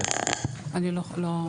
לא.